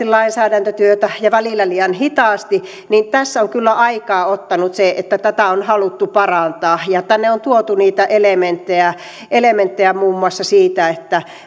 lainsäädäntötyötä ja välillä siitä että liian hitaasti niin tässä on kyllä aikaa ottanut se että tätä on haluttu parantaa tänne on tuotu elementtejä elementtejä muun muassa siitä